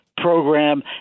program